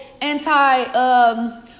anti